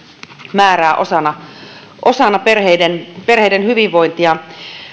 määrää osana osana perheiden perheiden hyvinvointia